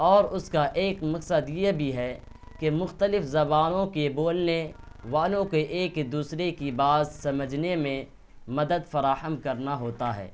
اور اس کا ایک مقصد یہ بھی ہے کہ مختلف زبانوں کے بولنے والوں کے ایک دوسرے کی بات سمجھنے میں مدد فراحم کرنا ہوتا ہے